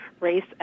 race